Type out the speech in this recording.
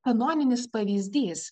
kanoninis pavyzdys